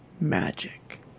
magic